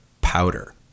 powder